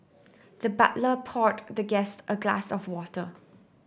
the butler poured the guest a glass of water